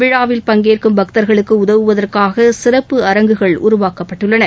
விழாவில் பங்கேற்கும் பக்தர்களுக்கு உதவுவதற்காக சிறப்பு அரங்குகள் உருவாக்கப்பட்டுள்ளன